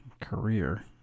career